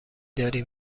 داری